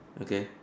okay